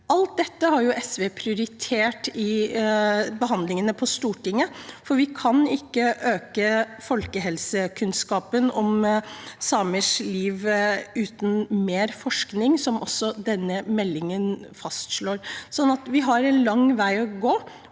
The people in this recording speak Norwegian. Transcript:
Alt dette har SV prioritert i forhandlingene på Stortinget, for vi kan ikke øke folkehelsekunnskapen om samers liv uten mer forskning, som også denne meldingen fastslår. Vi har en lang vei å gå,